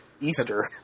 easter